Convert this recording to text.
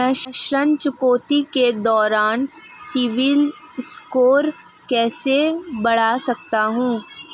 मैं ऋण चुकौती के दौरान सिबिल स्कोर कैसे बढ़ा सकता हूं?